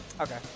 Okay